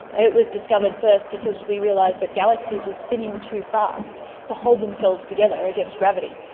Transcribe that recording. it was discovered first because we realised that galaxies were spinning too fast to hold themselves together against gravity.